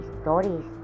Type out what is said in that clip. stories